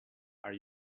are